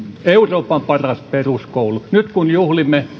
euroopan paras peruskoulu nyt kun juhlimme